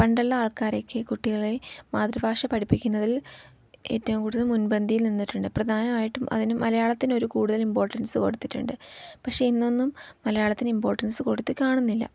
പണ്ടുള്ള ആൾക്കാരൊക്കെ കുട്ടികളെ മാതൃഭാഷ പഠിപ്പിക്കുന്നതിൽ ഏറ്റവും കൂടുതൽ മുൻപന്തിയിൽ നിന്നിട്ടുണ്ട് പ്രധാനമായിട്ടും അതിന് മലയാളത്തിനൊരു കൂടുതൽ ഇമ്പോർട്ടൻസ് കൊടുത്തിട്ടുണ്ട് പക്ഷേ ഇന്നൊന്നും മലയാളത്തിന് ഇമ്പോർട്ടൻസ് കൊടുത്തു കാണുന്നില്ല